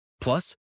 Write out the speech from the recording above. Plus